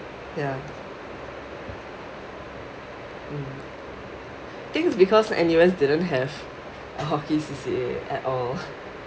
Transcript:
ya mm I think it's because N_U_S didn't have a hockey C_C_A at all